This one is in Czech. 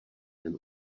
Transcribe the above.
jen